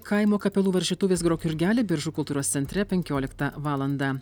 kaimo kapelų varžytuvės grok jurgeli biržų kultūros centre penkioliktą valandą